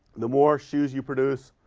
the more shoes you produce,